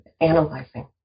analyzing